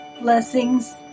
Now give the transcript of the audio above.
blessings